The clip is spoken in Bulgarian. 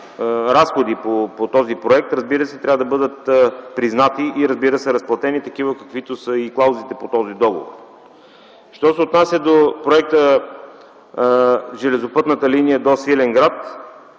разходи по този проект трябва да бъдат признати и разплатени, каквито са и клаузите по този договор. Що се отнася до проекта за железопътната линия до Свиленград,